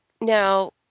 now